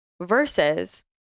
Versus